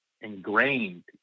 ingrained